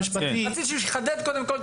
רציתי שהוא יחדד קודם כל.